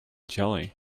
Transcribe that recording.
jelly